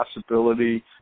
possibility